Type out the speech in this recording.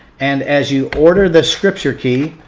and as you order the scripture key,